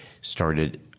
started